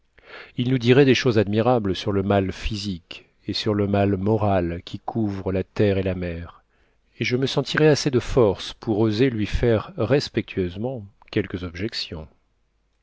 il nous dirait des choses admirables sur le mal physique et sur le mal moral qui couvrent la terre et la mer et je me sentirais assez de force pour oser lui faire respectueusement quelques objections